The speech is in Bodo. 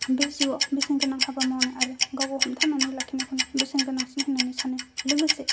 बे जिउआव बेसेनगोनां हाबा मावनाय आरो गावखौ हमथानानै लाखिनायखौनो बेसेन गोनांसिन होननानै सानो लोगोसे